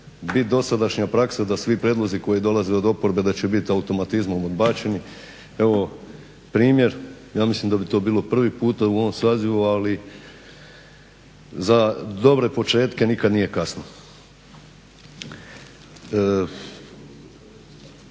bit dosadašnja praksa da svi prijedlozi koji dolaze od oporbe da će bit automatizmom odbačeni. Evo primjer, ja mislim da bi to bilo prvi puta u ovom sazivu, ali za dobre početke nikad nije kasno.